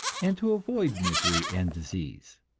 and to avoid misery and disease.